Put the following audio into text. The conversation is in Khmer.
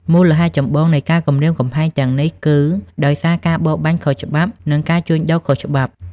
មូលហេតុចម្បងនៃការគំរាមកំហែងទាំងនេះគឺ ដោយសារការបរបាញ់ខុសច្បាប់ និង ការជួញដូរខុសច្បាប់។